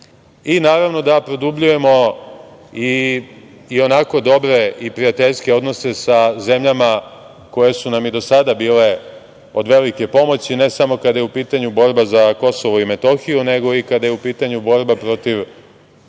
i naravno da produbljujemo ionako dobre i prijateljske odnose sa zemljama koje su nam i do sada bile od velike pomoći, ne samo kada je u pitanju borba za Kosovo i Metohiju, nego i kada je u pitanju borba protiv